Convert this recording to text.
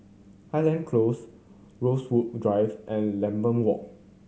Highland Close Rosewood Drive and Lambeth Walk